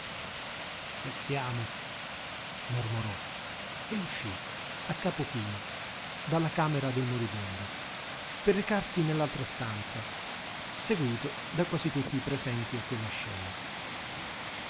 che siamo mormorò e uscì a capo chino dalla camera del moribondo per recarsi nell'altra stanza seguito da quasi tutti i presenti a quella scena